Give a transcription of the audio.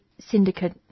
syndicate